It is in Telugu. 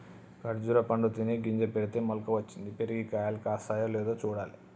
ఖర్జురా పండు తిని గింజ పెడితే మొలక వచ్చింది, పెరిగి కాయలు కాస్తాయో లేదో చూడాలి